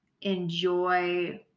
enjoy